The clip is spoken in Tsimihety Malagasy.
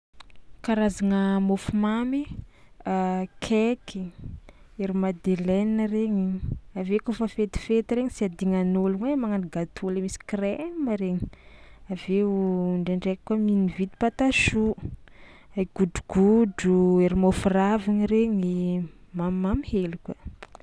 Karazagna môfomamy: cake, ery madeleine regny, avy eo kaofa fetifety regny tsy adignan'ôlogno e magnano gâteau misy krema regny, avy eo ndraindraiky koa ny mividy pâte à choux, ry godrogodro, ery môfo raviny regny, mamimamy hely koa.